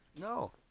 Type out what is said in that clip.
No